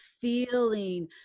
feeling